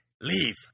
leave